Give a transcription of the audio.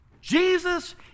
Jesus